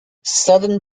southern